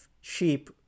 sheep